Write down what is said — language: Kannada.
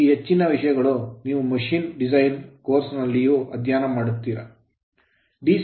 ಈ ಹೆಚ್ಚಿನ ವಿಷಯಗಳು ನೀವು machine design ಯಂತ್ರ ವಿನ್ಯಾಸ ಕೋರ್ಸ್ ನಲ್ಲಿಯೂ ಅಧ್ಯಯನ ಮಾಡುತ್ತೀರಿ